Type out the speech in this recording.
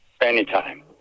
anytime